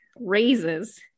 raises